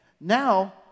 now